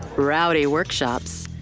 rowdy workshops,